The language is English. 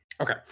Okay